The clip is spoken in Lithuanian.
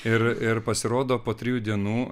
ir ir pasirodo po trijų dienų